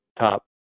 top